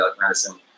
medicine